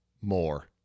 more